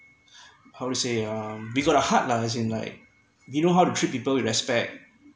how to say um we got a heart lah as in like we know how to treat people respect